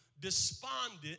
despondent